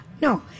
no